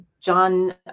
john